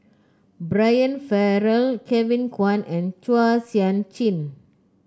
Brian Farrell Kevin Kwan and Chua Sian Chin